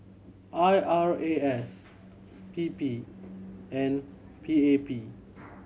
I R A S P P and P A P